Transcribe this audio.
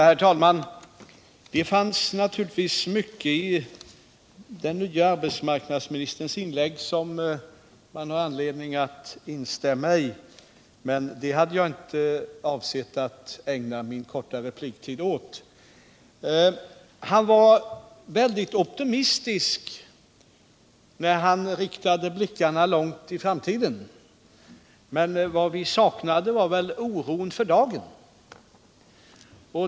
Herr talman! Det fanns naturligtvis mycket i den nye arbetsmarknadsministerns inlägg som man har anledning att instämma i, men det hade jag inte avsett att ägna min korta repliktid åt. Arbetsmarknadsministern var synnerligen optimistisk när han riktade blickarna långt bort i framtiden, men vad vi saknade var väl närmast oron för dagen.